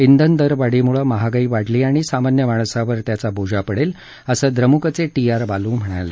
इंधनदरवाढीमुळे महागाई वाढली आणि सामान्य माणसावर त्याचा बोजा पडेल असं द्रमुकचे टी आर बालू म्हणाले